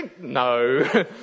no